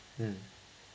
mm